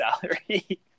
salary